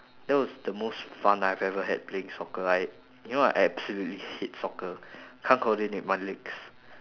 that was the most fun I've ever had playing soccer I you know I absolutely hate soccer can't coordinate my legs